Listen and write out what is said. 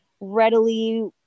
readily